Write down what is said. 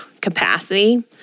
capacity